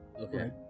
okay